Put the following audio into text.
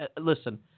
listen